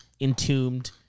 entombed